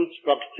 structure